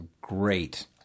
great